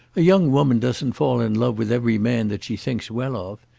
a young woman doesn't fall in love with every man that she thinks well of.